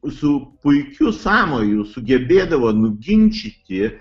su puikiu sąmoju sugebėdavo nuginčyti